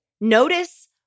Notice